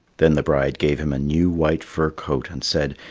then the bride gave him a new white fur coat and said,